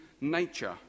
nature